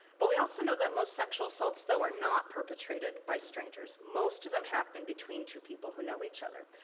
but we also know that most sexual assaults, though, are not perpetrated by strangers. most of them happen between two people who know each other.